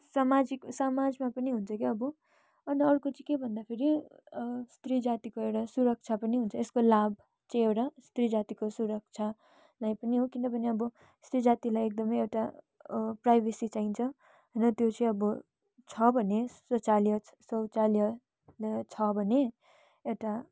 सामाजिक समाजमा पनि हुन्छ क्या अब अन्त अर्को चाहिँ के भन्दाखेरि स्त्री जातिको एउटा सुरक्षा पनि हुन्छ यसको लाभ चाहिँ एउटा स्त्री जातिको सुरक्षालाई पनि हो किनभने अब स्त्री जातिलाई एकदमै एउटा प्राइभेसी चाहिन्छ र त्यो चाहिँ अब छ भने शौचालय शौचालय छ भने एउटा